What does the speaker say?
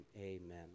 Amen